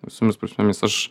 visomis prasmėmis aš